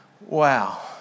Wow